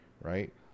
right